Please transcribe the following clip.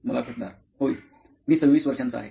मुलाखतदार होय मी २६ वर्षाचा आहे